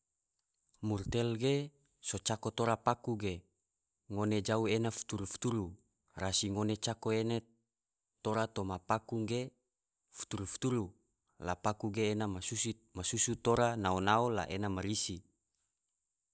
Murtel ge so cako tora paku ge, ngone jau ea futuru-futuru rasi ngone cako ene tora toma paku ge futuru-futuru, la paku ge ena masusu tora nao-nao la ena ma risi.